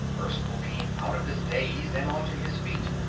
erskyll came out of his daze and onto his feet.